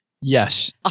Yes